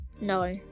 no